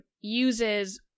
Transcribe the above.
uses